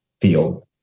field